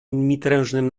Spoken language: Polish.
mitrężnym